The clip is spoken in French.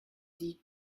dit